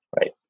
Right